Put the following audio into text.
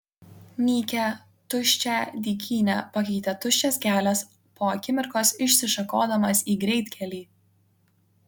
nykią tuščią dykynę pakeitė tuščias kelias po akimirkos išsišakodamas į greitkelį